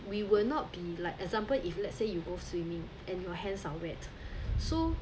we will not be like example if let's say you go swimming and your hands are wet so